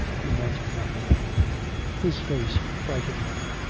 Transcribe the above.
you meant nothing his face frightened her.